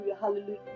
hallelujah